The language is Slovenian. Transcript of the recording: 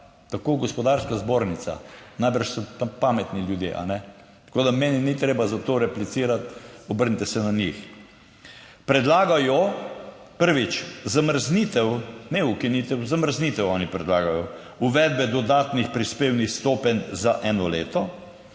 Tako Gospodarska zbornica, najbrž so pametni ljudje. Tako da, meni ni treba za to replicirati, obrnite se na njih. Predlagajo, prvič, zamrznitev, ne ukinitev, zamrznitev, oni predlagajo uvedbe dodatnih prispevnih stopenj za eno leto.